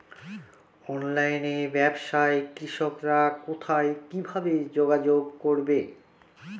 অনলাইনে ব্যবসায় কৃষকরা কোথায় কিভাবে যোগাযোগ করবে?